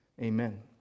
amen